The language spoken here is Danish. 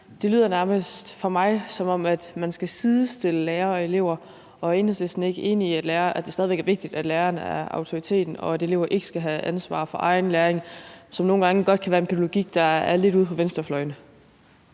det lyder nærmest for mig, som om man skal sidestille lærere og elever. Og er Enhedslisten ikke enig i, at det stadig væk er vigtigt, at læreren er autoriteten, og at elever ikke skal have ansvar for egen læring, hvilket nogle gange godt kan være en pædagogik, der findes lidt ude på venstrefløjen?